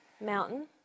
Mountain